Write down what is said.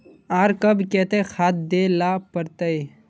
आर कब केते खाद दे ला पड़तऐ?